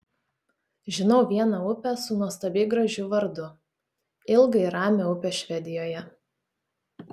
žinau vieną upę su nuostabiai gražiu vardu ilgą ir ramią upę švedijoje